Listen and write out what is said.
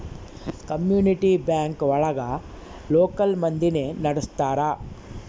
community bank ಒಳಗ local ಮಂದಿನೆ ನಡ್ಸ್ತರ